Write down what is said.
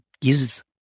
gives